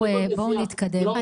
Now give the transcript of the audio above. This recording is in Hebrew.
אוקיי, בואו נתקדם.